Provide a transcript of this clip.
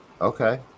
Okay